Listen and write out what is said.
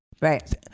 Right